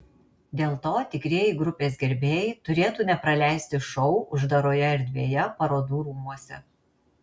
dėl to tikrieji grupės gerbėjai turėtų nepraleisti šou uždaroje erdvėje parodų rūmuose